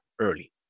early